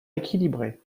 équilibré